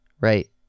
right